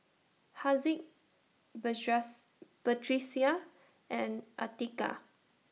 Haziq Batrisya and Atiqah